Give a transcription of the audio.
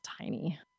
tiny